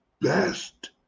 best